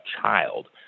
child